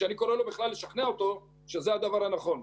כשאני קורא לו כדי לשכנע אותו שזה הדבר הנכון.